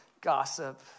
gossip